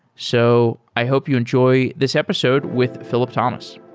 so i hope you enjoy this episode with philip thomas.